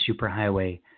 Superhighway